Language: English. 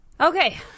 Okay